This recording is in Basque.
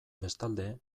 bestalde